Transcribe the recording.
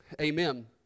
Amen